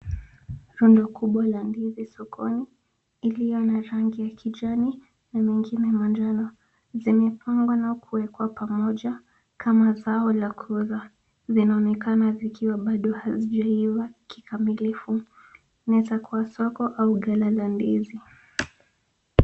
Rundo kubwa la ndizi sokoni zilizo na rangi ya kijani na zingine manjano. Zimepangwa na kuwekwa pamoja kama zao la kuuzwa. Zinaonekana kuwa bado hazijaiva kikamilifu. Kunaweza kuwa ni soko au ghala la ndizi.